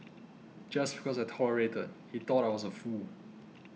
just because I tolerated he thought I was a fool